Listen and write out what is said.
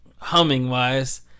humming-wise